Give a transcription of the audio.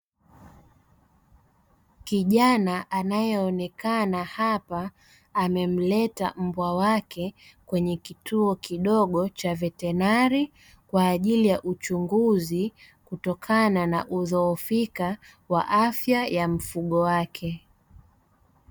Kijana anayeonekana hapa amemleta mbwa wake kwenye kituo kidogo cha vetenari kwaajili ya uchunguzi kutokana na kudhoofika kwa afya ya mfugo wake.